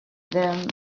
them